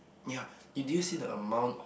ya did you see the amount